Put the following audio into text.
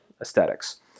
aesthetics